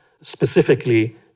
specifically